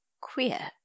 queer